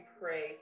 pray